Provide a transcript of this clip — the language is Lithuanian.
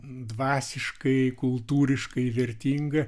dvasiškai kultūriškai vertinga